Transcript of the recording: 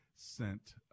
sent